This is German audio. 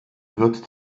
wird